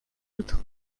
autres